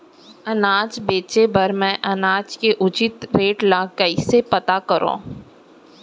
अनाज बेचे बर मैं अनाज के उचित रेट ल कइसे पता करो?